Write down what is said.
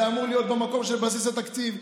זה אמור להיות במקום של בסיס התקציב,